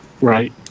Right